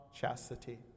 chastity